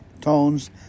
tones